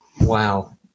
Wow